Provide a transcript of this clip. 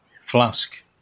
flask